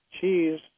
cheese